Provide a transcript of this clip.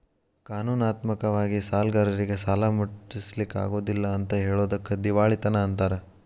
ಕಾನೂನಾತ್ಮಕ ವಾಗಿ ಸಾಲ್ಗಾರ್ರೇಗೆ ಸಾಲಾ ಮುಟ್ಟ್ಸ್ಲಿಕ್ಕಗೊದಿಲ್ಲಾ ಅಂತ್ ಹೆಳೊದಕ್ಕ ದಿವಾಳಿತನ ಅಂತಾರ